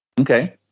Okay